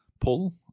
pull